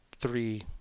three